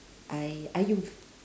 I I_U